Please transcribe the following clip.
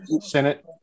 senate